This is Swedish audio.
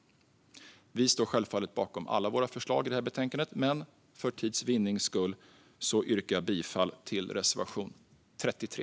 Vi moderater står självfallet bakom alla våra förslag i detta betänkande, men för tids vinnande yrkar jag bifall endast till reservation 33.